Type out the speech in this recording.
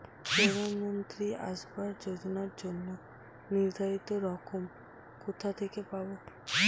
প্রধানমন্ত্রী আবাস যোজনার জন্য নির্ধারিত ফরম কোথা থেকে পাব?